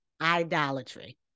Idolatry